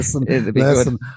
listen